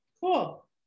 Cool